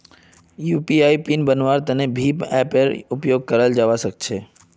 UPI PIN बन्वार तने भीम ऐपेर इस्तेमाल कराल जावा सक्छे